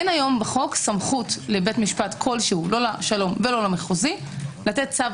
אין היום בחוק סמכות לבית משפט כלשהו לא לשלום ולא למחוזי לתת צו